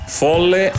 folle